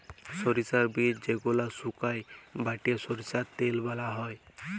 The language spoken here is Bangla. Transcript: সরষার বীজ যেগলাকে সুকাই বাঁটে সরষার তেল বালাল হ্যয়